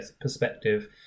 perspective